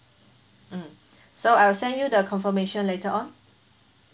mm so I'll send you the confirmation later on